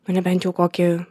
na nebent jau kokį